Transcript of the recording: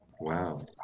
Wow